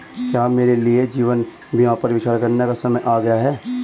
क्या मेरे लिए जीवन बीमा पर विचार करने का समय आ गया है?